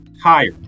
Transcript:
higher